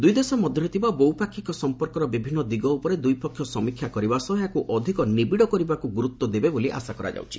ଦୁଇଦେଶ ମଧ୍ୟରେ ଥିବା ବହୁପାକ୍ଷିକ ସଂପର୍କର ବିଭିନ୍ନ ଦିଗ ଉପରେ ଦୁଇପକ୍ଷ ସମୀକ୍ଷା କରିବା ସହ ଏହାକୁ ଅଧିକ ନିବିଡ଼ କରିବାକୁ ଗୁରୁତ୍ୱ ଦେବେ ବୋଲି ଆଶା କରାଯାଉଛି